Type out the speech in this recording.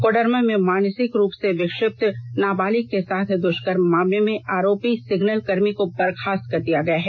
कोडरमा में मानसिक रूप से विक्षिप्त नाबालिग के साथ दुष्कर्म के मामले में आरोपी सिग्नल कर्मी को बर्खास्त कर दिया गया है